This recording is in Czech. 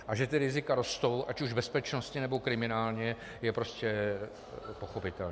A že ta rizika rostou ať už bezpečnostně, nebo kriminálně, je prostě pochopitelné.